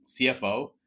CFO